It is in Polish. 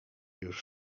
już